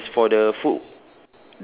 and as for the foo~